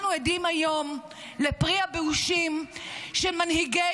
אנחנו עדים היום לפרי הבאושים שמנהיגי